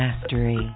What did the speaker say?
mastery